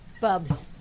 Bub's